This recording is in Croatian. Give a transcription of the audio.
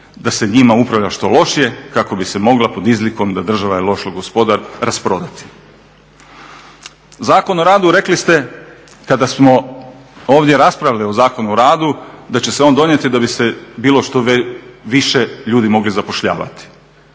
da se njima upravlja što lošije kako bi se mogla pod izlikom da država je loš gospodar, rasprodati. Zakon o radu rekli ste kada smo ovdje raspravljali o Zakonu o radu da će se on donijeti da bi se bilo što više ljudi moglo zapošljavati.